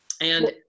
And-